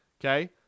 okay